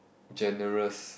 generous